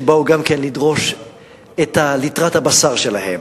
שבאו גם כן לדרוש את ליטרת הבשר שלהם.